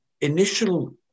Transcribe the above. initial